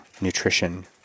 nutrition